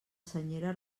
senyera